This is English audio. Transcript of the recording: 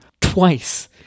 twice